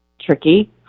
tricky